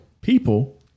people